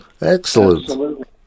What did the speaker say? Excellent